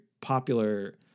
popular